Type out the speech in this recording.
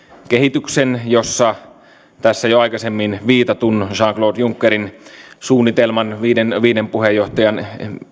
kehityksen tässä jo aikaisemmin viitatun jean claude junckerin suunnitelman viiden viiden puheenjohtajan